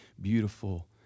beautiful